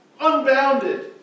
Unbounded